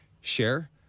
share